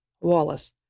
Wallace